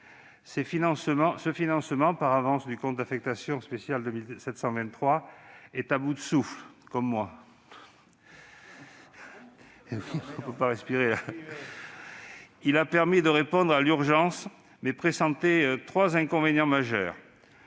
Le financement par avance du compte d'affectation spéciale 723 est à bout de souffle. Il a permis de répondre à l'urgence, mais présentait trois inconvénients majeurs.